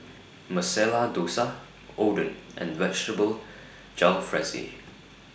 Masala Dosa Oden and Vegetable Jalfrezi